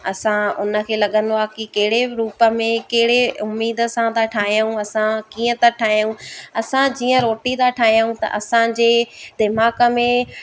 असां उन खे लॻंदो आहे की कहिड़े बि रूप में कहिड़े उम्मीद सां था ठाहियूं असां कीअं था ठाहियूं असां जीअं रोटी था ठाहियूं त असांजे दिमाग़ में